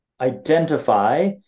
identify